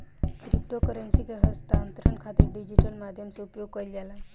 crypto currency के हस्तांतरण खातिर डिजिटल माध्यम से उपयोग कईल जाला